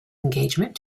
engagement